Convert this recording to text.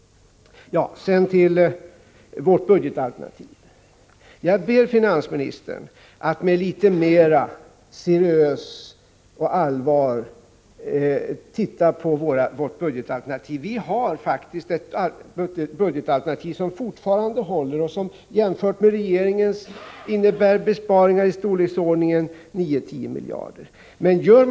Sedan till vårt budgetalternativ. Jag ber finansministern att litet mera seriöst titta på vårt förslag. Vi har faktiskt ett budgetalternativ som fortfarande håller och som jämfört med regeringens innebär besparingar i storleksordningen 9—-10 miljarder kronor.